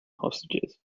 hostages